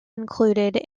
included